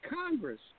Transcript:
Congress